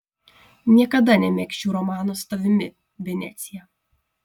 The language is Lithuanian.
niekada nemegzčiau romano su tavimi venecija